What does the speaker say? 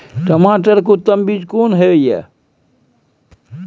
टमाटर के उत्तम बीज कोन होय है?